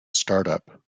startup